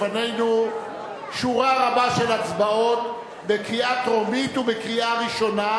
לפנינו שורה רבה של הצבעות בקריאה טרומית ובקריאה ראשונה,